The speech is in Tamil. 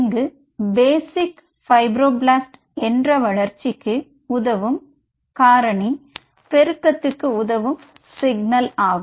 இங்கு பேசிக் பிய்பரோப்ளாஸ்ட் என்ற வளர்ச்சிக்கு உதவும் காரணி பெருக்கத்துக்கு உதவும் சிக்னல் ஆகும்